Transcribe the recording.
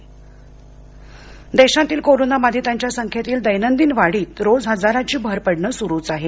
Covid स्थिती देशातील corona बाधितांच्या संख्येतील दैनंदिन वाढीत रोज हजाराची भर पडणं सुरूच आहे